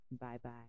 Bye-bye